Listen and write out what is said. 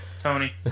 Tony